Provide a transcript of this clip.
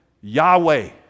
Yahweh